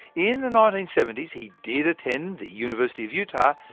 in the nineteen seventy s, he did attend the university of utah,